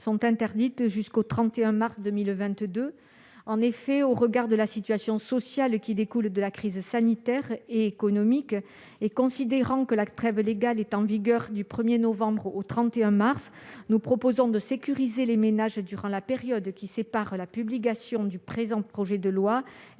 sont interdites. En effet, au regard de la situation sociale qui découle de la crise sanitaire et économique actuelle, et considérant que la trêve légale est en vigueur du 1 novembre au 31 mars, nous proposons de sécuriser les ménages durant la période qui sépare la promulgation du présent texte et la